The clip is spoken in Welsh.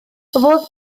fodd